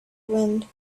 wind